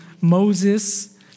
Moses